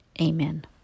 Amen